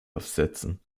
aufsetzen